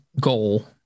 goal